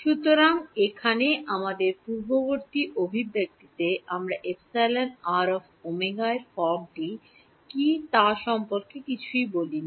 সুতরাং এখানে আমাদের পূর্ববর্তী অভিব্যক্তিতে আমরা εr ω এর ফর্মটি কী তা সম্পর্কে কিছুই বলিনি